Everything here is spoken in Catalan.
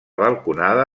balconada